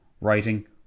writing